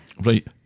right